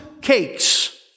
cakes